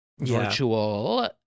virtual